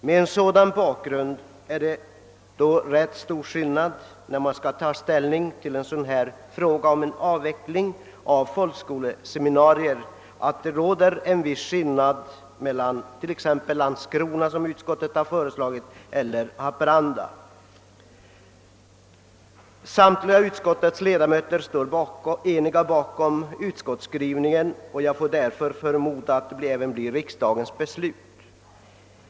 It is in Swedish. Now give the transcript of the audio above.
Mot denna bakgrund framgår tydligt att skillnaden är stor vid en avveckling av folkskoleseminarier på olika platser, och det är också fallet när det gäller Haparanda respektive Landskro na, vars seminarium också har föreslagits skulle nedläggas. Samtliga utskottets ledamöter står eniga bakom utskottets skrivning, och jag förmodar att vad utskottet hemställt därför också blir riksdagens beslut.